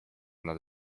nad